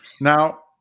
Now